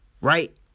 Right